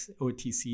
OTC